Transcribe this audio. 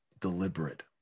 deliberate